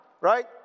right